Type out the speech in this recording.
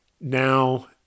now